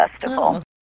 Festival